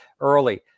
early